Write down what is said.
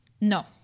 No